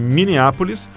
Minneapolis